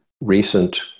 recent